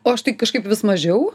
o aš tai kažkaip vis mažiau